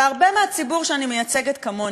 והרבה מהציבור שאני מייצגת, כמוני.